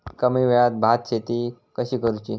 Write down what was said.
कमी वेळात भात शेती कशी करुची?